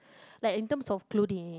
like in terms of clothing